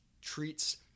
treats